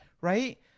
right